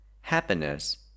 happiness